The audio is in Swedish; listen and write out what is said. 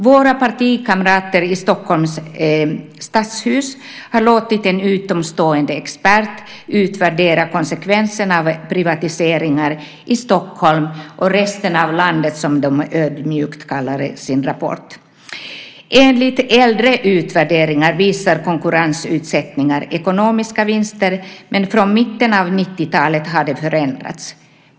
Våra partikamrater i Stockholms stadshus har låtit en utomstående expert utvärdera konsekvenserna av privatiseringar i Stockholm och resten av landet, som de ödmjukt talar om i sin rapport. Enligt äldre utvärderingar visar konkurrensutsättning ekonomiska vinster, men från mitten av 90-talet har det förändrats.